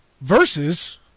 versus